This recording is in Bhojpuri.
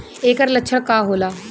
ऐकर लक्षण का होला?